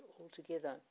altogether